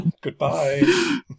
Goodbye